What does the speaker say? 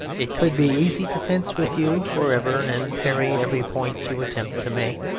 it could be easy to fence with you for ever and parry every point you attempt to make,